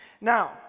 Now